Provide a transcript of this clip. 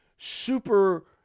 super